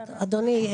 אדוני,